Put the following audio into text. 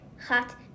Hot